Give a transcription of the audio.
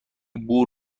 بور